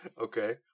Okay